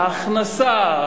ההכנסה,